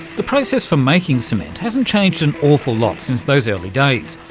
the process for making cement hasn't changed an awful lot since those early days,